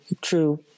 true